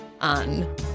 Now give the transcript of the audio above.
on